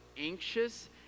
anxious